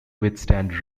withstand